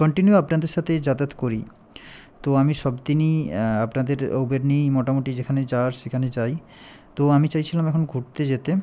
ন্টিনিউ আপনাদের সাথে যাতায়াত করি তো আমি সব দিনই আপনাদের উবের নিয়েই মোটামুটি যেখানে যাওয়ার সেখানে যাই তো আমি চাইছিলাম এখন ঘুরতে যেতে